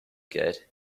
good